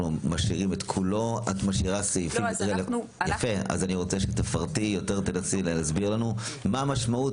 אני רוצה שתנסי להסביר לנו מה המשמעות